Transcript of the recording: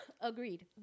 Agreed